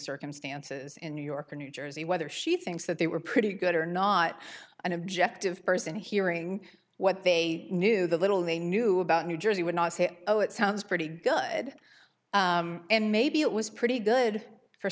circumstances in new york or new jersey whether she thinks that they were pretty good or not an objective person hearing what they knew the little they knew about new jersey would not say oh it sounds pretty good and maybe it was pretty good for